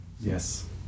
Yes